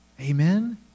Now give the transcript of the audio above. amen